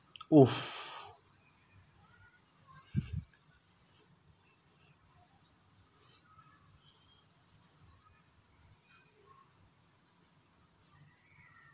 !oof!